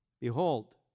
Behold